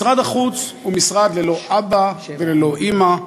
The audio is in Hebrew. משרד החוץ הוא משרד ללא אבא וללא אימא,